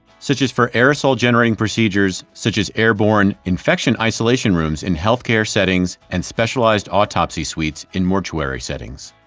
such as for aerosol generating procedures such as airborne infection isolation rooms in health care settings and specialized autopsy suites in mortuary settings.